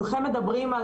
הם ממש מדברים על